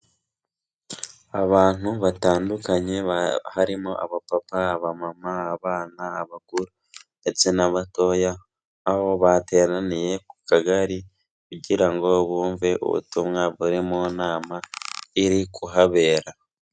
Abantu batandukanye harimo abapapa, abamama, abana, abakuru ndetse n'abatoya aho bateraniye ku Kagari kugira ngo bumve ubutumwa buri mu nama iri kuhabera.